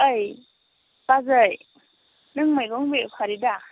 ओइ बाजै नों मैगं बेफारि दा